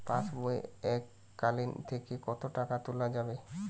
পাশবই এককালীন থেকে কত টাকা তোলা যাবে?